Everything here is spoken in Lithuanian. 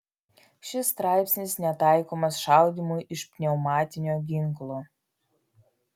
šis straipsnis netaikomas šaudymui iš pneumatinio ginklo